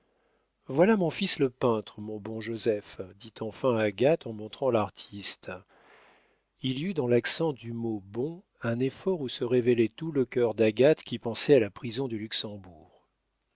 voilà mon fils le peintre mon bon joseph dit enfin agathe en montrant l'artiste il y eut dans l'accent du mot bon un effort où se révélait tout le cœur d'agathe qui pensait à la prison du luxembourg